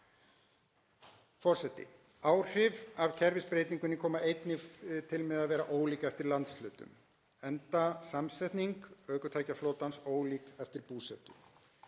Áhrif af kerfisbreytingunni koma einnig til með að vera ólík eftir landshlutum enda samsetning ökutækjaflotans ólík eftir búsetu.